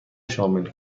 شامل